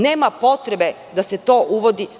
Nema potrebe da se to uvodi.